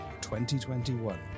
2021